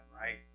right